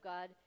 God